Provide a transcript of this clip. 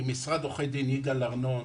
עם משרד עורכי דין יגאל ארנון,